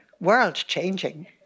world-changing